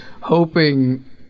hoping